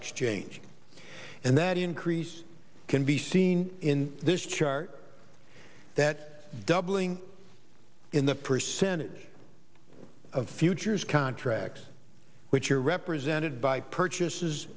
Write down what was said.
exchange and that increase can be seen in this chart that doubling in the percentage of futures contracts which are represented by purchases